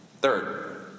third